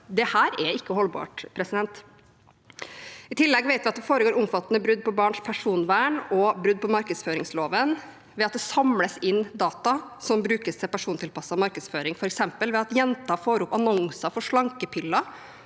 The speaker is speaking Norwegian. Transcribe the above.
Dette er ikke holdbart. I tillegg vet vi at det foregår omfattende brudd på barns personvern og brudd på markedsføringsloven ved at det samles inn data som brukes til persontilpasset markedsføring, f.eks. ved at jenter får opp annonser for slankepiller